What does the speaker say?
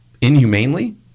inhumanely